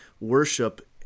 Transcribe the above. worship